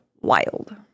Wild